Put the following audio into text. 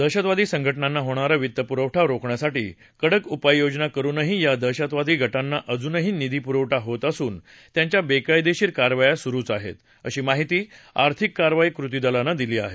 दहशतवादी संघाञांना होणारा वित्तपुरवठा रोखण्यासाठी कडक उपाययोजना करुनही या दहशतवादी गाञा अजूनही निधी पुरवठा होत असून त्यांच्या बेकायदेशीर कारवाया सुरुच आहेत अशी माहिती आर्थिक कारवाई कृतीदलानं दिली आहे